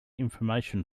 information